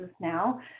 now